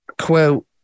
quote